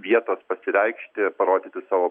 vietos pasireikšti parodyti savo